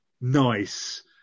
nice